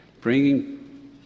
bringing